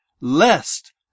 Lest